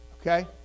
okay